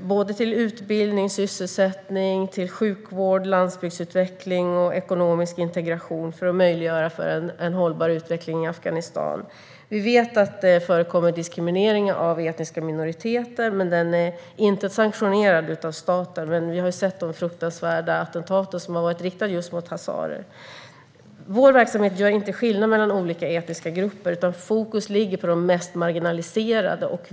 bistånd till utbildning, sysselsättning, sjukvård, landsbygdsutveckling och ekonomisk integration för att möjliggöra en hållbar utveckling i Afghanistan. Vi vet att diskriminering av etniska minoriteter förekommer, men den är inte sanktionerad av staten. Vi har dock sett fruktansvärda attentat riktade mot just hazarer. Vår verksamhet gör ingen skillnad mellan olika etniska grupper, utan fokus ligger på de mest marginaliserade.